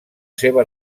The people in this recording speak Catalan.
seva